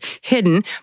hidden